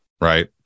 right